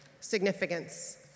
significance